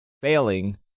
failing